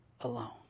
alone